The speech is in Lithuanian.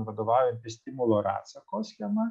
vadovaujantis stimulo ir atsako schema